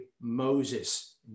Moses